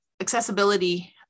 accessibility